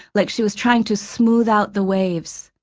like she was trying to smooth out the waves,